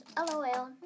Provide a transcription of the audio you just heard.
LOL